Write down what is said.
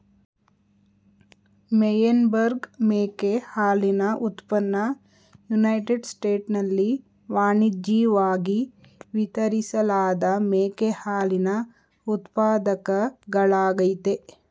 Meyenberg ಮೇಕೆ ಹಾಲಿನ ಉತ್ಪನ್ನ ಯುನೈಟೆಡ್ ಸ್ಟೇಟ್ಸ್ನಲ್ಲಿ ವಾಣಿಜ್ಯಿವಾಗಿ ವಿತರಿಸಲಾದ ಮೇಕೆ ಹಾಲಿನ ಉತ್ಪಾದಕಗಳಾಗಯ್ತೆ